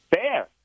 Fair